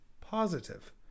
Positive